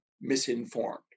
misinformed